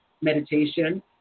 meditation